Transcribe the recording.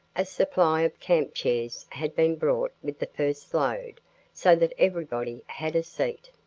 a supply of camp chairs had been brought with the first load, so that everybody had a seat.